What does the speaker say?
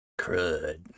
CRUD